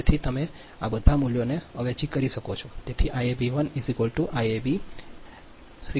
તેથી તમે આ બધા મૂલ્યોને અવેજી કરો છો